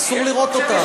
אסור לראות אותם.